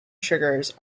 sugars